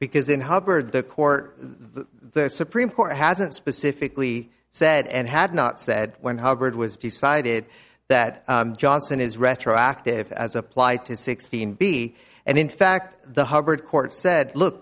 because in hubbard the court the supreme court hasn't specifically said and had not said when hubbard was decided that johnson is retroactive as applied to sixteen b and in fact the hubbard court said look